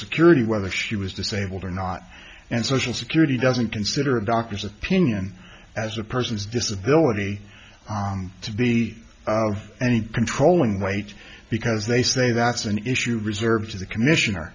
security whether she was disabled or not and social security doesn't consider a doctor's opinion as a person's disability to be any controlling weight because they say that's an issue reserved to the commissioner